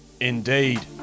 Indeed